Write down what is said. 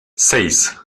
seis